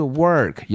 work